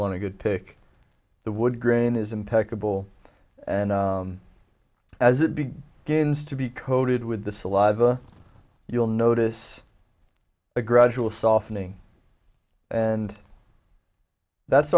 want to go take the wood grain is impeccable and as it big gains to be coated with the saliva you'll notice a gradual softening and that's